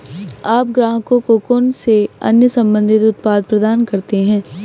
आप ग्राहकों को कौन से अन्य संबंधित उत्पाद प्रदान करते हैं?